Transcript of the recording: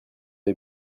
est